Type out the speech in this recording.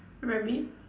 rabbit